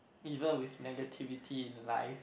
even with negativity in life